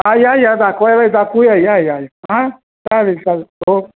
हां या दाखवायला दाखवूया या या हा चालेल चालेल हो